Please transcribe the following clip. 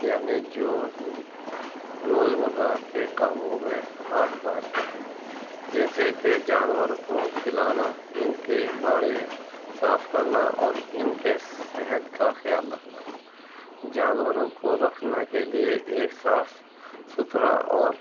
یعنی جو روزمرہ کے کاموں میں ہاتھ بانٹتے ہیں جیسے کہ جانور کو کھلانا ان کے باڑے صاف کرنا اور ان کے صحت کا خیال رکھنا جانوروں کو رکھنے کے لیے ایک صاف ستھرا اور